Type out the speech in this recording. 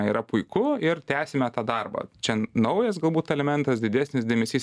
yra puiku ir tęsime tą darbą čia naujas galbūt elementas didesnis dėmesys